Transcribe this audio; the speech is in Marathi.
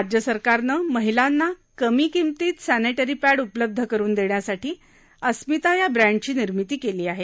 राज्य सरकारनं महिलांना कमी किमतीत सॅनिटरी पॅड उपलब्ध करुन देण्यासाठी अस्मिता या ब्रॅंडची निर्मिती केली आहे